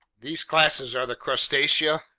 these classes are the crustacea,